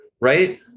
right